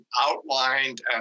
outlined